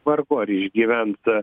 vargu ar išgyvens